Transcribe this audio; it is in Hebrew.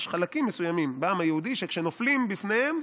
יש חלקים מסוימים בעם היהודי שכשנופלים בפניהם,